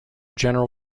general